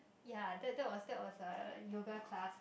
ya that that was that was a yoga class